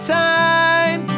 time